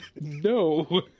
No